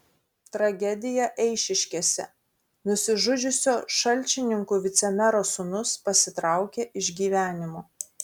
tragedija eišiškėse nusižudžiusio šalčininkų vicemero sūnus pasitraukė iš gyvenimo